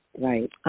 right